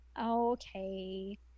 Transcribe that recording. okay